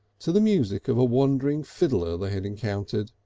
to the music of a wandering fiddler they had encountered.